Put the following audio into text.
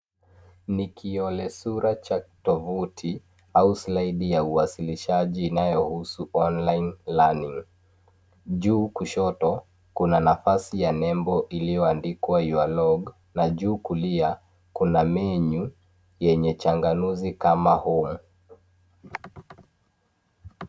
Ni kiolesura cha tovuti au slaidi ya uwasilishaji inayohusu [online learning]juu kushoto kuna nafasi ya nembo iliyoandikwa[ your log] na juu kulia kuna menyu yenye changanuzi kama [hole].